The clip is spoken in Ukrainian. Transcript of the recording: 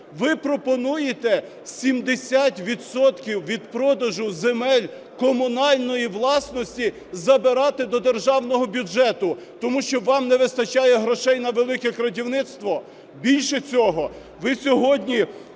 Ви пропонуєте 70 відсотків від продажу земель комунальної власності забирати до державного бюджету, тому що вам не вистачає грошей на "велике крадівництво"? Більше цього, ви сьогодні